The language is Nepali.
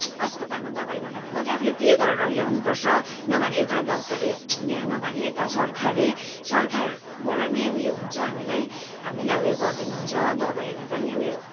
अस्पतालमा दबाई नभएको मात्रै आफूले पे गरेर पनि ल्याउनुपर्छ नभने त्यहाँ डाक्टर त्यहाँ नभने यता सरकारी सरकारबाट नि उयो हुन्छ हामीलाई हामीलाई उयो गरिदिनुहुन्छ दबाईहरू पनि उयो